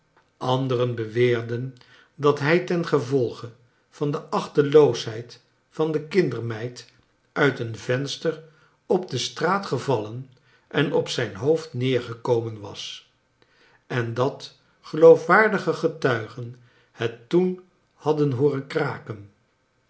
anderen beweerden dat hij tengevolge van de achteloosheid van de kindermeid uit een venster op de straat gevallen en op zijn hoofd neergekomen was en dat geloofwaardige getuigen het toen hadden hooren kraken